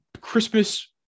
Christmas